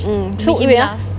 mm so wait ah